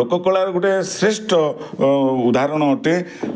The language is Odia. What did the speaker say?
ଲୋକକଳାର ଗୋଟେ ଶ୍ରେଷ୍ଠ ଉଦାହରଣ ଅଟେ